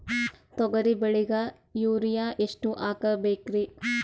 ತೊಗರಿ ಬೆಳಿಗ ಯೂರಿಯಎಷ್ಟು ಹಾಕಬೇಕರಿ?